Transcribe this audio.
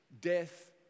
death